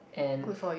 and it